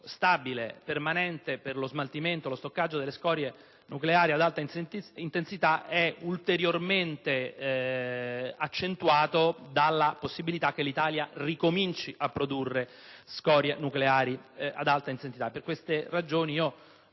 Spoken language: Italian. stabile, permanente per lo smaltimento e lo stoccaggio delle scorie nucleari ad alta intensità, rischio ulteriormente accentuato dalla possibilità che l'Italia ricominci a produrre scorie nucleari ad alta intensità. Per queste ragioni